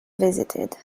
visited